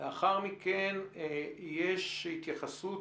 לאחר מכן יש התייחסות,